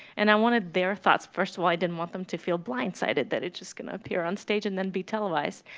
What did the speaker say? and i wanted their thoughts. first of all, i didn't want them to feel blind-sided that it's just going to appear on stage and then be televised,